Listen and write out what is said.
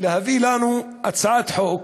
להביא לנו הצעת חוק